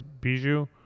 Bijou